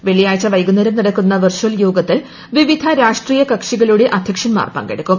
വെള്ളിയാഴ്ച വൈകുന്നേരം നടക്കുന്ന വിർച്ചൽ യോഗത്തിൽ വിവിധ രാഷ്ട്രീയ കക്ഷികളുടെ അധ്യക്ഷന്മാർ പങ്കെടുക്കും